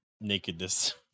nakedness